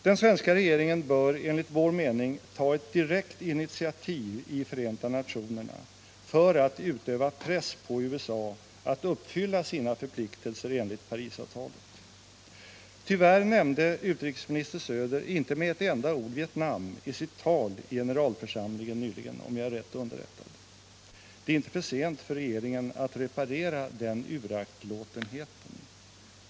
Den svenska regeringen bör enligt vår mening ta ett direkt initiativ i Förenta nationerna för attutöva press på USA att uppfylla sina förpliktelser enligt Parisavtalet. Tyvärr nämnde utrikesminister Söder inte med ett enda ord Vietnam i sitt tal i generalförsamlingen nyligen, om jag är rätt underrättad. Det är inte för sent för regeringen att reparera den uraktlåtenheten.